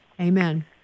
Amen